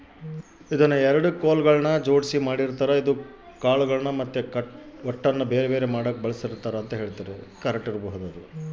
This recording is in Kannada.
ಇದನ್ನ ಎರಡು ಕೊಲುಗಳ್ನ ಜೊಡ್ಸಿ ಮಾಡಿರ್ತಾರ ಇದು ಕಾಳುಗಳ್ನ ಮತ್ತೆ ಹೊಟ್ಟುನ ಬೆರೆ ಬೆರೆ ಮಾಡಕ ಬಳಸ್ತಾರ